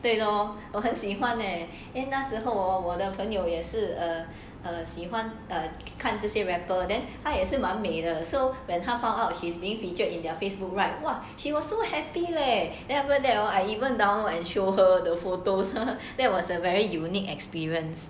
对咯我很喜欢 leh then 那时候我的朋友也是喜欢看这些 rapper then 他也是蛮美的 so when he found out she's being featured in their facebook right what she was so happy leh then after that I even download the photos and show her the photos that was a very unique experience